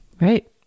Right